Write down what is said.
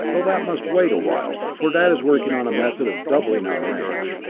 though that must wait a while, for dad is working on a method of doubling our range.